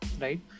right